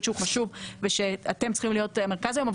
שהוא חשוב ואתם צריכים להיות המרכז היום,